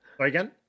again